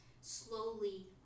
slowly